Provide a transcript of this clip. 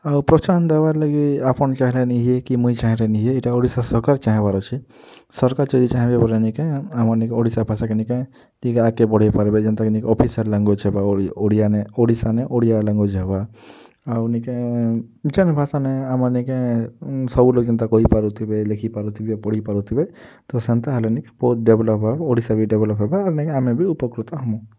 ଆଉ ପ୍ରୋତ୍ସାହନ୍ ଦେବାର୍ ଲାଗି ଆପଣ୍ ଚାହେଁଲେ ନେଇଁ ହିଏ କି ମୁଇଁ ଚାହେଁଲେ ନି ହିଏ ଇଟା ଓଡ଼ିଶା ସର୍କାର୍ ଚାହେଁବାର୍ ଅଛେ ସର୍କାର୍ ଯଦି ଚାହେଁବେ ବୋଲେ ନିକେ ଆମର୍ ନିକେ ଓଡ଼ିଶା ଭାଷାକେ ନିକେ ଟିକେ ଆଗ୍କେ ବଢ଼େଇ ପାର୍ବେ ଯେନ୍ତା କି ନିକେ ଅଫିସିଆଲ୍ ଲାଙ୍ଗୁଏଜ୍ ହେବା ଓଡ଼ିଆନେ ଓଡ଼ିଶାନେ ଓଡ଼ିଆ ଲାଙ୍ଗୁଏଜ୍ ହେବା ଆଉ ନିକେ ଯେନ୍ ଭାଷାନେ ଆମର୍ ନିକେ ସବୁ ଲୋକ୍ ଯେନ୍ତା କହି ପାରୁଥିବେ ଲେଖି ପାରୁଥିବେ ପଢ଼ି ପାରୁଥିବେ ତ ସେନ୍ତା ହେଲେ ନି ଡେଭ୍ଲପ୍ ହେବା ଓଡ଼ିଶା ବି ଡେଭ୍ଲପ୍ ହେବା ଆର୍ ନିକେ ଆମେ ବି ଉପକୃତ ହେମୁ